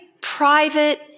private